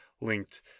linked